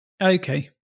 Okay